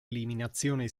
eliminazione